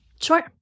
Sure